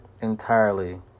entirely